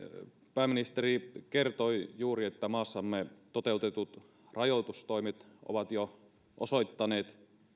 pääministeri kertoi juuri että maassamme toteutetut rajoitustoimet ovat jo osoittaneet